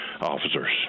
officers